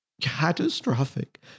catastrophic